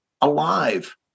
alive